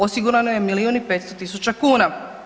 Osigurano je milijun i 500 tisuća kuna.